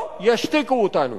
לא ישתיקו אותנו.